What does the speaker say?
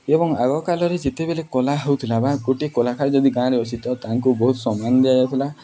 ଏବଂ ଆଗକାଳରେ ଯେତେବେଳେ କଳା ହେଉଥିଲା ବା ଗୋଟେ କଳାକାର ଯଦି ଗାଁରେ ଅଛି ତ ତାଙ୍କୁ ବହୁତ ସମ୍ମାନ ଦିଆଯାଉଥିଲା